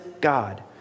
God